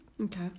Okay